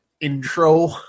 intro